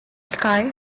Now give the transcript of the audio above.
sky